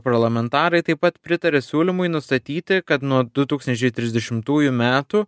parlamentarai taip pat pritarė siūlymui nustatyti kad nuo du tūkstančiai trisdešimtųjų metų